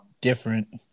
different